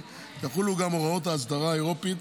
יחולו גם הוראות האסדרה האירופית.